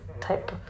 type